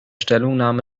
stellungnahme